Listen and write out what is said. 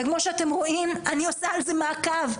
וכמו שאתם רואים אני עושה על זה מעקב.